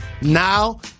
now